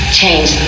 change